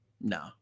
No